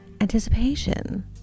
anticipation